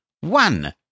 One